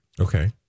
Okay